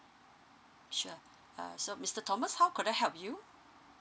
sure uh so mister thomas how could I help you